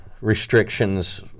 restrictions